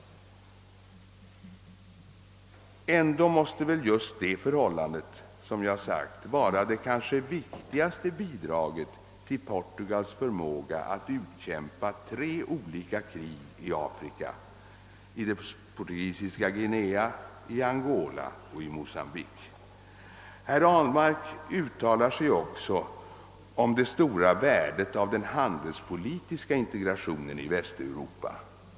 Ändå måste väl just det förhållandet, vara det kanske viktigaste bidraget till Portugals förmåga att utkämpa tre olika krig i Afrika — i Portugisiska Guinea, i Angola och i Mocambique. Herr Ahlmark uttalar sig också om det stora värdet av den handelspolitiska integretionen i Västeuropa.